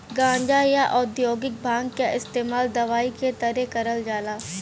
गांजा, या औद्योगिक भांग क इस्तेमाल दवाई के तरे करल जाला